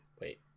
Wait